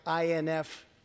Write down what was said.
INF